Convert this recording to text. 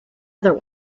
other